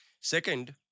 Second